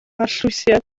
arllwysiad